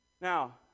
Now